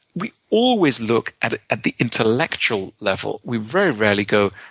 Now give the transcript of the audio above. we always look at at the intellectual level. we very rarely go,